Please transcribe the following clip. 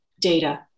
Data